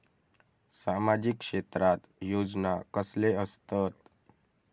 सामाजिक क्षेत्रात योजना कसले असतत?